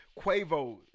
Quavo